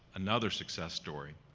another success story.